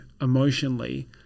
emotionally